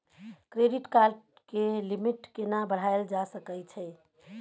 Credit card के limit केना बढायल जा सकै छै?